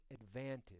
advantage